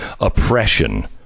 oppression